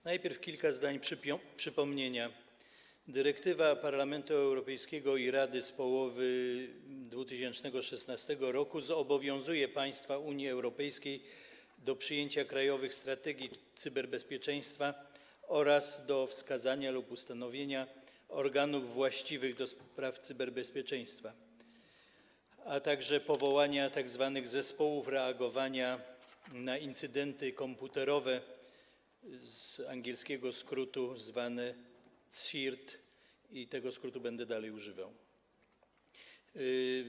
Najpierw kilka zdań przypomnienia: dyrektywa Parlamentu Europejskiego i Rady z połowy 2016 r. zobowiązuje państwa Unii Europejskiej do przyjęcia krajowych strategii cyberbezpieczeństwa oraz do wskazania lub ustanowienia organów właściwych do spraw cyberbezpieczeństwa, a także powołania tzw. zespołów reagowania na incydenty komputerowe, od angielskiego skrótu zwane CSIRT - i tego skrótu będę używał dalej.